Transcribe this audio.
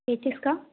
patties का